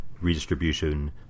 redistribution